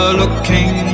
looking